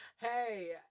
hey